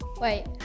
Wait